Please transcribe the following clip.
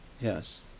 Yes